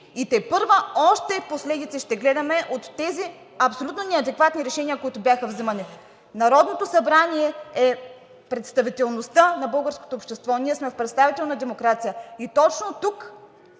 а тепърва още последици ще гледаме от тези абсолютно неадекватни решения, които бяха взимани. Народното събрание е представителността на българското общество, ние сме в представителна демокрация. Точно тук,